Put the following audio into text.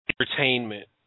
Entertainment